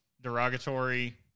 derogatory